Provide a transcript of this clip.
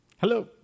Hello